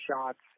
shots